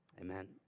Amen